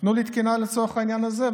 נתנו לי תקינה לצורך העניין הזה,